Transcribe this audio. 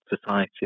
society